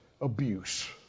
abuse